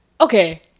Okay